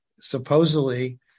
supposedly